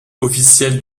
officielle